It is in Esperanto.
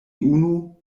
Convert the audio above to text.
unu